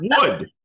wood